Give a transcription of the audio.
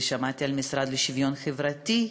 ושמעתי על המשרד לשוויון חברתי,